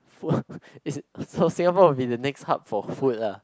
what it so Singapore will be the next hub for food lah